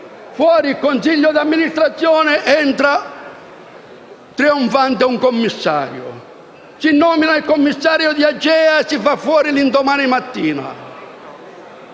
esce il consiglio di amministrazione ed entra trionfante un commissario, poi si nomina il commissario di AGEA e si fa fuori l’indomani mattina.